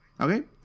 okay